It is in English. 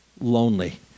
lonely